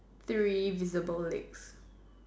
three visible legs